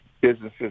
businesses